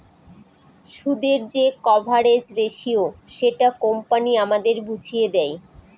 সুদের যে coverage ratio সেটা কোম্পানি আমাদের বুঝিয়ে দেয়